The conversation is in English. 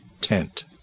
tent